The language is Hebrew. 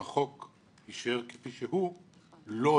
כפי שהוא,